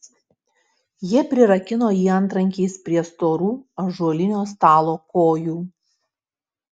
jie prirakino jį antrankiais prie storų ąžuolinio stalo kojų